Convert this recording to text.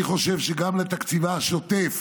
אני חושב שגם בתקציבה השוטף